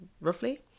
roughly